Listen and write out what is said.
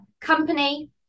company